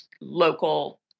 local